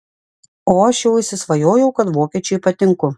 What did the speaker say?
o aš jau įsisvajojau kad vokiečiui patinku